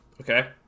Okay